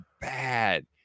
bad